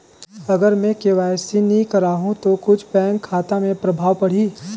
अगर मे के.वाई.सी नी कराहू तो कुछ बैंक खाता मे प्रभाव पढ़ी?